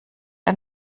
ein